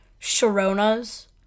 Sharona's